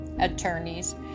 attorneys